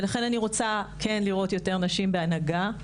ולכן אני רוצה לראות יותר נשים בהנהגה,